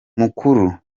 mukura